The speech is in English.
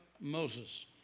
Moses